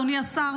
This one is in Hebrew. אדוני השר,